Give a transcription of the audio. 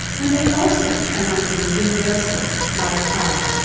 and they also turn out to be universal, like i.